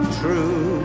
true